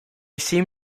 seem